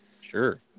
Sure